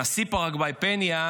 נשיא פרגוואי פניה,